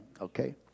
Okay